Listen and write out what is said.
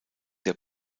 der